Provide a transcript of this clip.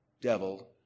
devil